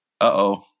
uh-oh